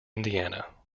indiana